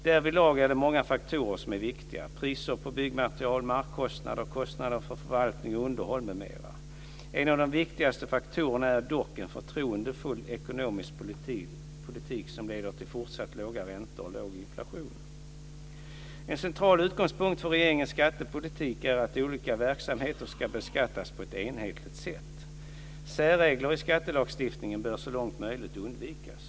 Därvidlag är det många faktorer som är viktiga - priser på byggmaterial, markkostnader, kostnader för förvaltning och underhåll, m.m. En av de viktigaste faktorerna är dock en förtroendefull ekonomisk politik som leder till fortsatt låga räntor och låg inflation. En central utgångspunkt för regeringens skattepolitik är att olika verksamheter ska beskattas på ett enhetligt sätt. Särregler i skattelagstiftningen bör så långt möjligt undvikas.